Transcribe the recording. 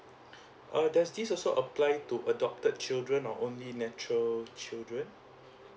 ah does this also apply to adopted children or only natural children